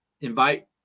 invite